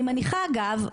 אני מניחה אגב,